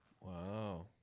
Wow